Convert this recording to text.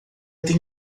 tem